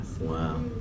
Wow